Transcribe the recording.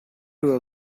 two